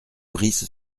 brice